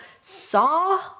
saw